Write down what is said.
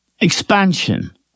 expansion